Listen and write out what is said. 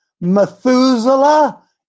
Methuselah